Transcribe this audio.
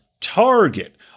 Target